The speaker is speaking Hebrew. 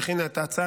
שהכינה את ההצעה,